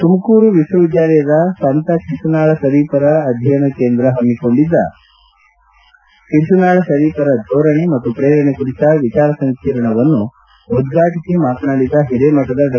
ತುಮಕೂರು ವಿಶ್ವವಿದ್ಯಾನಿಲಯದ ಸಂತ ಶಿಶುನಾಳ ಪರೀಫರ ಅಧ್ಯಯನ ಕೇಂದ್ರವು ಹಮ್ನಿಕೊಂಡಿದ್ದ ಶಿಶುನಾಳ ಪರೀಫರ ಧೋರಣೆ ಮತ್ತು ಪ್ರೇರಣೆ ಕುರಿತ ವಿಚಾರ ಸಂಕಿರಣವನ್ನು ಉದ್ರಾಟು ಮಾತನಾಡಿದ ಹಿರೇಮಠದ ಡಾ